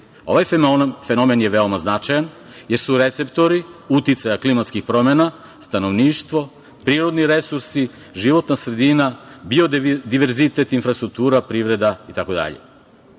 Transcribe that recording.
Ovaj fenomen je veoma značajan jer su receptori uticaja klimatskih promena stanovništvo, prirodni resursi, životna sredina, biodiverzitet, infrastruktura, privreda